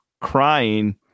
crying